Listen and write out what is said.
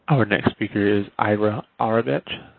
our next speaker is ira oravich.